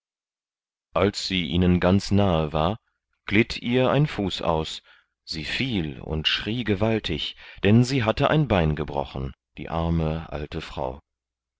als sie ihnen ganz nahe war glitt ihr ein fuß aus sie fiel und schrie gewaltig denn sie hatte ein bein gebrochen die arme alte frau